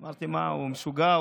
אמרתי: מה, הוא משוגע?